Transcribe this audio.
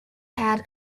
had